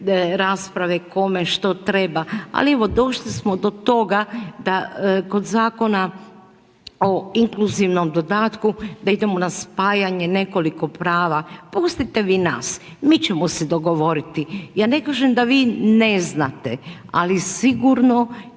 rasprave kome što treba ali evo došli smo do toga da kod Zakona o inkluzivnom dodatku, da idemo na spajanja nekoliko prava. Pustite vi nas, mi ćemo dogovoriti. Ja ne kažem da vi ne znate, ali sigurno